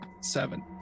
Seven